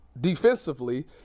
defensively